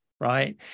right